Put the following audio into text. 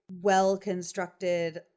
well-constructed